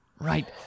Right